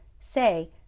say